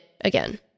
again